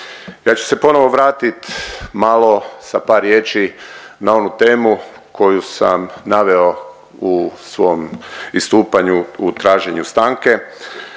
Ja ću se ponovo vratit malo sa par riječi na onu temu koju sam naveo u svom istupanju u traženju stanke.